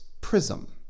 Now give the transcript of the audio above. prism